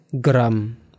gram